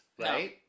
Right